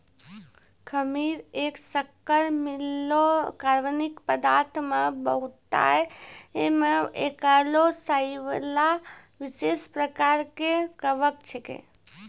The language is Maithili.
खमीर एक शक्कर मिललो कार्बनिक पदार्थ मे बहुतायत मे पाएलो जाइबला विशेष प्रकार के कवक छिकै